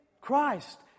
Christ